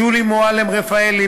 שולי מועלם-רפאלי,